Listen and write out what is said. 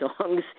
songs